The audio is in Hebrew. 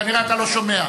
כנראה אתה לא שומע.